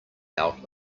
out